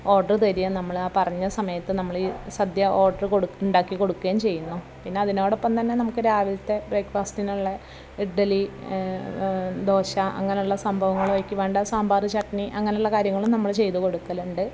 order തരികയും നമ്മളാ പറഞ്ഞ സമയത്ത് നമ്മളീ സദ്യ ഓർഡർ ഉണ്ടാക്കി കൊടുക്കുകയും ചെയ്യുന്നു പിന്നതിനോടൊപ്പം തന്നെ നമുക്കു രാവിലത്തെ ബ്രേക്ക് ഫാസ്റ്റിനുള്ള ഇഡലി ദോശ അങ്ങനെയുള്ള സംഭവങ്ങളിലേക്കു വേണ്ട സാമ്പാർ ചട്ട്ണി അങ്ങനെയുള്ള കാര്യങ്ങളും നമ്മൾ ചെയ്തു കൊടുക്കലുണ്ട്